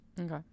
Okay